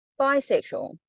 bisexual